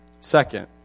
Second